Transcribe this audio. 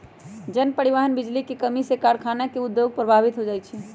जन, परिवहन, बिजली के कम्मी से कारखाना के उद्योग प्रभावित हो जाइ छै